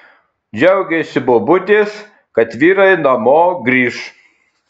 džiaugėsi bobutės kad vyrai namo grįš